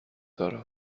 دارم